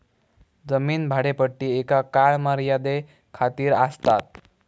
जमीन भाडेपट्टी एका काळ मर्यादे खातीर आसतात